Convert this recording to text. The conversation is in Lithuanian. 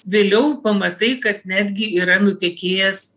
vėliau pamatai kad netgi yra nutekėjęs